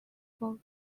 for